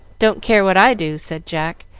don't care what i do, said jack,